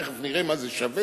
תיכף נראה מה זה שווה,